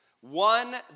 one